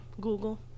Google